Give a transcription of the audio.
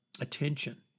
attention